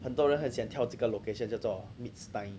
很多人很想跳这个 location 叫做 midstein